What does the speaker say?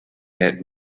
had